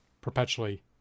perpetually